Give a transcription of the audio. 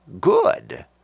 good